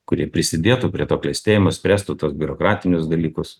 kurie prisidėtų prie to klestėjimo spręstų tuos biurokratinius dalykus